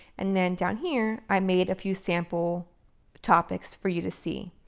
and then down here, i made a few sample topics for you to see.